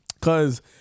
Cause